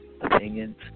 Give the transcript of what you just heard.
opinions